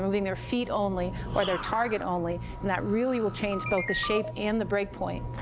moving their feet only or their target only, and that really will change both the shape and the break point.